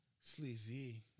sleazy